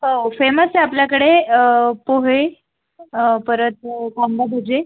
हो फेमस आहे आपल्याकडे पोहे परत कांदा भजी